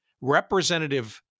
representative